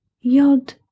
Yod